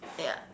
ya